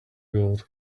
gold